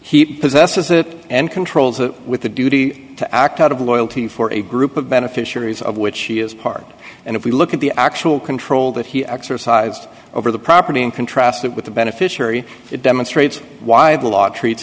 heap possesses it and controls it with the duty to act out of loyalty for a group of beneficiaries of which she is part and if we look at the actual control that he exercised over the property in contrast with the beneficiary it demonstrates why t